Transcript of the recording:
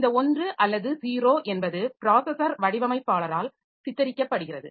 இந்த 1 அல்லது 0 என்பது ப்ராஸஸர் வடிவமைப்பாளரால் சித்தரிக்கப்படுகிறது